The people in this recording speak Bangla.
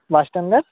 বাস স্ট্যান্ডের